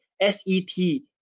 S-E-T